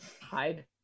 Hide